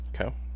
Okay